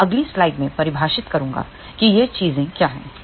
मैं अगली स्लाइड में परिभाषित करूंगा कि ये चीजें क्या हैं